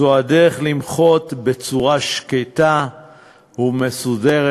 זו הדרך למחות בצורה שקטה ומסודרת.